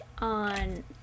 on